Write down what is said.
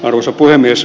arvoisa puhemies